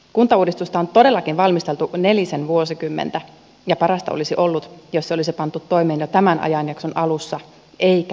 kuntauudistusta on todellakin valmisteltu nelisen vuosikymmentä ja parasta olisi ollut jos se olisi pantu toimeen jo tämän ajanjakson alussa eikä lopussa